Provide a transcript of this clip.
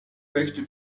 möchte